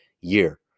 year